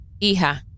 Hija